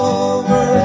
over